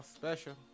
special